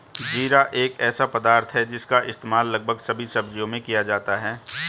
जीरा एक ऐसा पदार्थ है जिसका इस्तेमाल लगभग सभी सब्जियों में किया जाता है